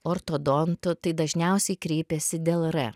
ortodonto tai dažniausiai kreipiasi dėl r